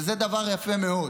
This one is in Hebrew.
וזה דבר יפה מאוד.